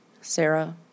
Sarah